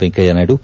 Venkaiah Naidu